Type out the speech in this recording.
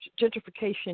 gentrification